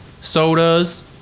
sodas